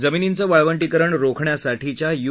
जमीनींचं वाळवंटीकरण रोखण्यासाठीच्या यु